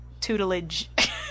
tutelage